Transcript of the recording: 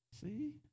See